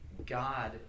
God